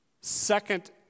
second